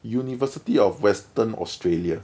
university of western australia